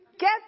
Get